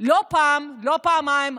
לא פעם ולא פעמיים,